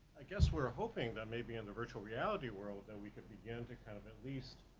i guess we are hoping that maybe in the virtual reality world, that we could begin to kind of at least,